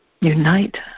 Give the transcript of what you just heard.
unite